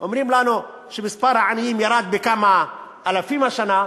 אומרים לנו שמספר העניים ירד בכמה אלפים השנה,